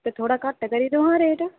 ते थोह्ड़ा घट्ट करी देओ हां रेट